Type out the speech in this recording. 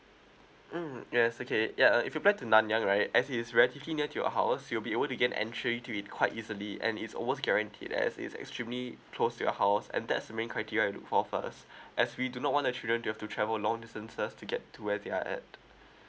mm yes okay ya if you plan to nanyang right as he is relatively near to your house you'll be able to get entry to it quite easily and it's almost guaranteed as is extremely close to your house and that's the main criteria we look for first as we do not want the children to have to travel long distances to get to where they are at